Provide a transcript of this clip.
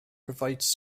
provides